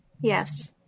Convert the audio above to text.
Yes